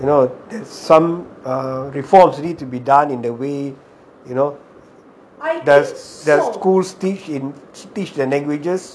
you know there are some reforms that need to be done in the way you know the the schools teach in teach the languages